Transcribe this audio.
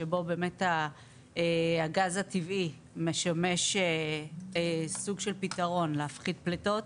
שבו באמת הגז הטבעי משמש סוג של פתרון להפחית פליטות,